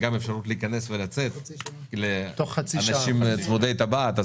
גם אפשרות להיכנס ולצאת לאנשים צמודי טבעת.